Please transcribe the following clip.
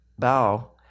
bow